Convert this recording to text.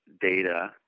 data